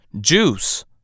Juice